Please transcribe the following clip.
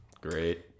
great